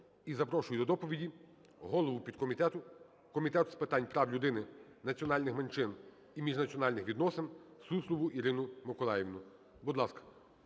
І запрошую до доповіді голову підкомітету Комітету з питань прав людини, національних менших і міжнаціональних відносин Суслову Ірину Миколаївну. Будь ласка.